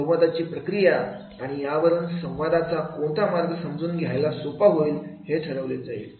संवादाची प्रक्रिया आणि यावरून संवादाचा कोणता मार्ग समजून घ्यायला सोपा होईल हे ठरवले जाईल